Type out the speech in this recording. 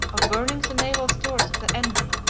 of burning the naval stores of the enemy,